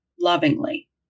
lovingly